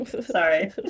Sorry